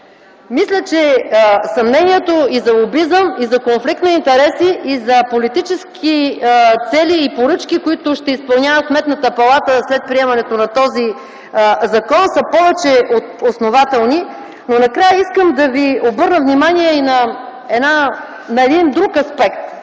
Мисля, че съмнението – и за лобизъм, и за конфликт на интереси, и за политически цели и поръчки, които ще изпълнява Сметната палата след приемането на този закон, са повече от основателни. Искам да ви обърна внимание на един друг аспект